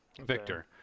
Victor